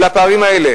על הפערים האלה.